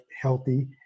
healthy